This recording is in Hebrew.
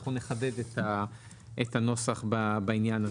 אנחנו נחדד את הנוסח בעניין הזה.